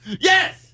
Yes